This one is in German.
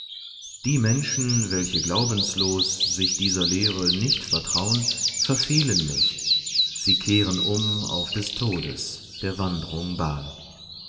die menschen welche glaubenslos sich dieser lehre nicht vertraun verfehlen mich sie kehren um auf des todes der wandrung bahn